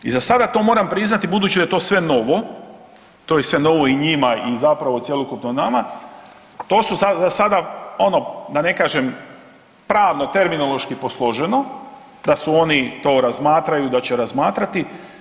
I za sata, to moram priznati, budući da je to sve novo, to je sve novo i njima i zapravo cjelokupno nama, to su za sada, ono, da ne kažem pravno terminološki posloženo, da su oni to razmatraju, da će razmatrati.